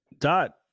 Dot